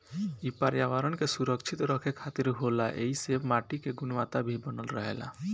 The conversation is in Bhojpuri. इ पर्यावरण के सुरक्षित रखे खातिर होला ऐइसे माटी के गुणवता भी बनल रहेला